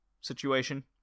situation